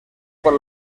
por